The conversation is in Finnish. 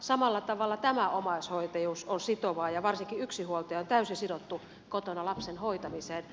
samalla tavalla tämä omaishoitajuus on sitovaa ja varsinkin yksinhuoltaja on täysin sidottu kotona lapsen hoitamiseen